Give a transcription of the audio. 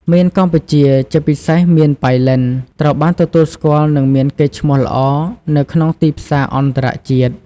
មៀនកម្ពុជា ជាពិសេស មៀនប៉ៃលិន ត្រូវបានទទួលស្គាល់ និងមានកេរ្តិ៍ឈ្មោះល្អនៅក្នុងទីផ្សារអន្តរជាតិ។